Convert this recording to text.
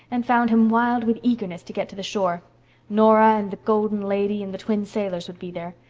and found him wild with eagerness to get to the shore nora and the golden lady and the twin sailors would be there.